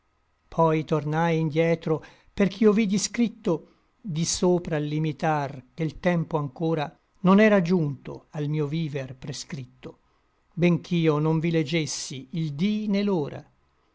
poi tornai indietro perch'io vidi scripto di sopra l limitar che l tempo anchora non era giunto al mio viver prescritto bench'io non vi legessi il dí né